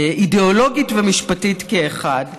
אידיאולוגית ומשפטית כאחד,